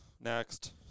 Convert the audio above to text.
next